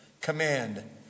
command